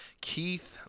Keith